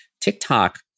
TikTok